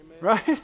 Right